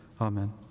Amen